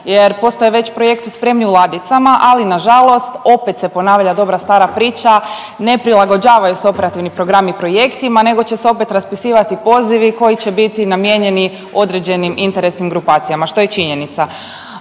jer postoje već projekti spremni u ladicama, ali nažalost opet se ponavlja dobra stara priča, ne prilagođavaju se operativni programi projektima nego će se opet raspisivati pozivi koji će biti namijenjeni određenim interesnim grupacijama, što je činjenica.